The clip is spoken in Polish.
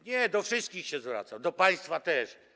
Nie, do wszystkich się zwracam, do państwa też.